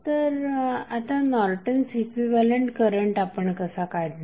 तर आता Norton's equivalent current आपण कसा काढणार